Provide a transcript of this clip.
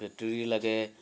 battery লাগে